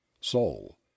soul